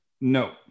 No